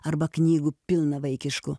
arba knygų pilna vaikiškų